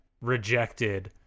rejected